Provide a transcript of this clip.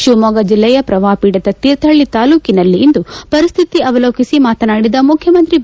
ಶಿವಮೊಗ್ಗ ಜಿಲ್ಲೆಯ ಪ್ರವಾಹ ಖೀಡಿತ ತೀರ್ಥಹಳ್ಳಿ ತಾಲ್ಲೂಕಿನಲ್ಲಿಂದು ಪರಿಸ್ಥಿತಿ ಅವಲೋಕಿಸಿ ಮಾತನಾಡಿದ ಮುಖ್ಯಮಂತ್ರಿ ಬಿ